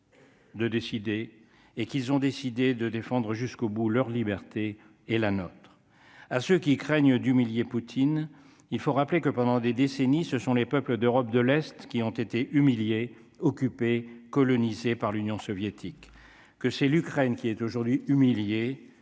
De décider et qu'ils ont décidé de défendre jusqu'au bout leur liberté et la nôtre, à ceux qui craignent d'humilier, Poutine, il faut rappeler que pendant des décennies, ce sont les peuples d'Europe de l'Est qui ont été humiliés occupée, colonisée par l'Union soviétique, que c'est l'Ukraine qui est aujourd'hui humilié,